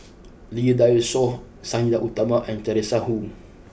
Lee Dai Soh Sang Nila Utama and Teresa Hsu